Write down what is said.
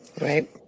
Right